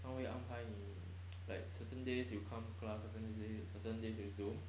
他会安排你 like certain days you come class certain days certain days you zoom